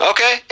Okay